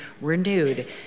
renewed